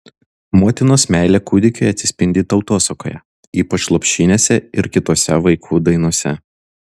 motinos meilė kūdikiui atsispindi tautosakoje ypač lopšinėse ir kitose vaikų dainose